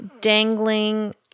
dangling